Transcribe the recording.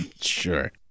Sure